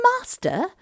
master